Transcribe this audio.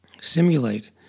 simulate